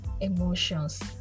emotions